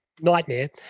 Nightmare